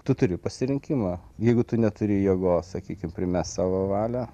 tu turi pasirinkimą jeigu tu neturi jėgos sakykim primest savo valią